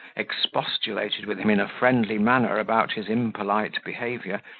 expostulated with him in a friendly manner about his impolite behaviour,